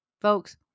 Folks